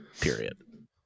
Period